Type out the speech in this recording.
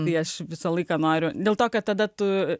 tai aš visą laiką noriu dėl to kad tada tu